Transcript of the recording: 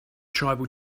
tribal